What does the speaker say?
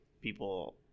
people